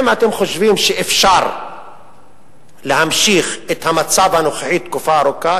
אם אתם חושבים שאפשר להמשיך את המצב הנוכחי תקופה ארוכה,